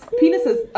penises